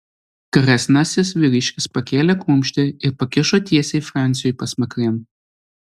kresnasis vyriškis pakėlė kumštį ir pakišo tiesiai franciui pasmakrėn